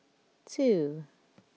two